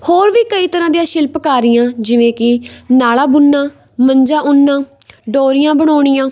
ਹੋਰ ਵੀ ਕਈ ਤਰ੍ਹਾਂ ਦੀਆਂ ਸ਼ਿਲਪਕਾਰੀਆਂ ਜਿਵੇਂ ਕਿ ਨਾਲਾ ਬੁਣਨਾ ਮੰਜਾ ਉਣਨਾ ਡੋਰੀਆਂ ਬਣਾਉਣੀਆਂ